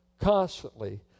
constantly